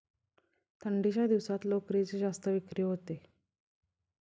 थंडीच्या दिवसात लोकरीची जास्त विक्री होते